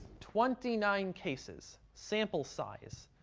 twenty nine cases, sample size.